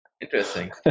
Interesting